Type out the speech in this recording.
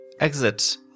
exit